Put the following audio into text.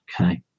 okay